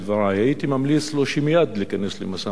הייתי ממליץ לו להיכנס מייד למשא-ומתן,